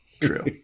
true